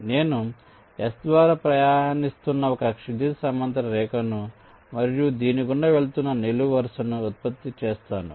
నేను S ద్వారా ప్రయాణిస్తున్న ఒక క్షితిజ సమాంతర రేఖను మరియు దీని గుండా వెళుతున్న నిలువు వరుసను ఉత్పత్తి చేస్తాను